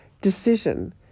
decision